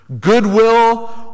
goodwill